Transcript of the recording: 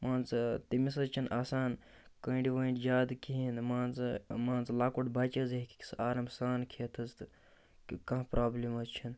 مان ژٕ تٔمِس حظ چھِنہٕ آسان کٔنٛڈۍ ؤنٛدۍ زیادٕ کِہیٖنۍ مان ژٕ مان ژٕ لۄکُٹ بَچہٕ حظ ہیٚکہِ سُہ آرام سان کھٮ۪تھ حظ تہٕ کٔہ کانٛہہ پرٛابلِم حظ چھِنہٕ